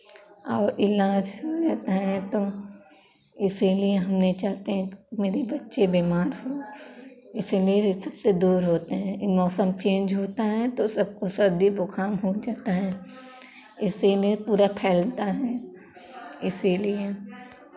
और इलाज़ हो जाता है तो इसीलिए हम नहीं चाहते हैं कि मेरे बच्चे बिमार हों इसीलिए ये सबसे दूर होते हैं ई मौसम चेंज होता है तो सबको सर्दी बुखार हो जाता है इसीलिए पूरा फैलता है इसीलिए